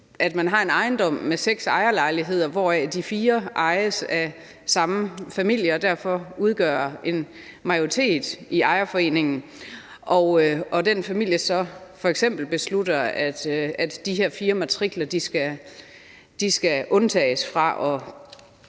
at man har en ejendom med seks ejerlejligheder, hvoraf de fire ejes af samme familie, som derfor udgør en majoritet i ejerforeningen, og at den familie så f.eks. beslutter, at de her fire matrikler skal undtages fra at